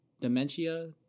dementia